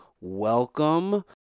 welcome